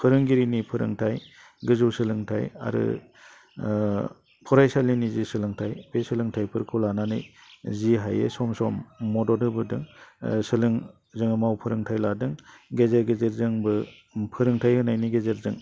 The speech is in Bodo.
फोरोंगिरि फोरोंथाइ गोजौ सोलोंथाइ आरो फरायसालिनि जि सोलोंथाइ बे सोलोंथाइफोरखौ लानानै जि हायो सम सम मदद होबोदों जोङो माव फोरोंथाइ लादों गेजेर गेजेर जोंबो फोरोंथाइ होनायनि गेजेरजों